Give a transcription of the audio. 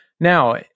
Now